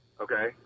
Okay